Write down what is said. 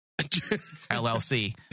LLC